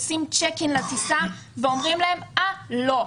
עושים צ'ק אין לטיסה ואומרים להם: לא.